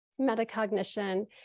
metacognition